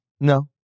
No